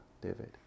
David